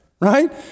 right